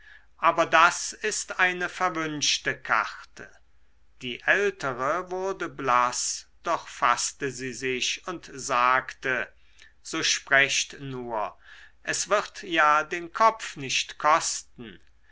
aber das ist eine verwünschte karte die ältere wurde blaß doch faßte sie sich und sagte so sprecht nur es wird ja den kopf nicht kosten